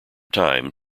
time